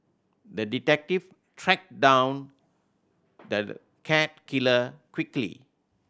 the detective tracked down the cat killer quickly